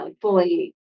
fully